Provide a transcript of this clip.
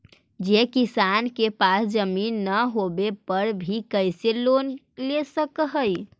जे किसान के पास जमीन न होवे पर भी कैसे लोन ले सक हइ?